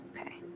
Okay